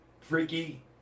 Freaky